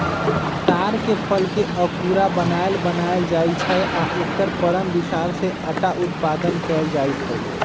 तार के फलके अकूरा बनाएल बनायल जाइ छै आ एकर परम बिसार से अटा उत्पादन कएल जाइत हइ